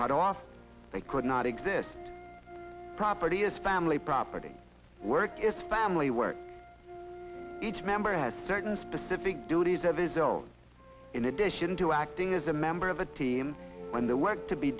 cut off they could not exist property is family property work is family where each member has certain specific duties of his old in addition to acting as a member of a team when the work to be